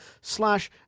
slash